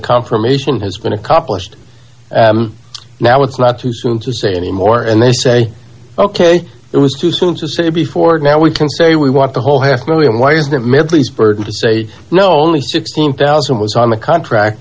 confirmation has been accomplished now it's not too soon to say anymore and they say ok it was too soon to say before now we can say we want the whole half one million why isn't medleys burden to say no only sixteen thousand was on the contract